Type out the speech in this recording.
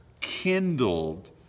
kindled